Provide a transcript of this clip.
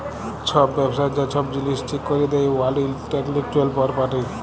ছব ব্যবসার যা ছব জিলিস ঠিক ক্যরে দেই ওয়ার্ল্ড ইলটেলেকচুয়াল পরপার্টি